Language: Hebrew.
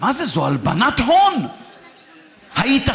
מה זה, זו הלבנת הון, הייתכן?